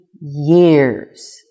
years